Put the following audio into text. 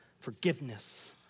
forgiveness